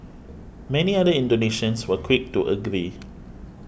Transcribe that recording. many other Indonesians were quick to agree